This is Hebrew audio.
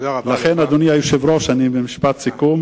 לכן, אדוני היושב-ראש, משפט סיכום